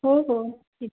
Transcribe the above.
हो हो ठीक